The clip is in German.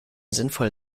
sinnvoll